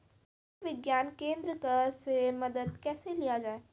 कृषि विज्ञान केन्द्रऽक से मदद कैसे लिया जाय?